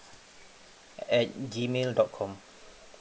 at G mail dot com